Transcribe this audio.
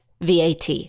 VAT